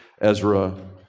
Ezra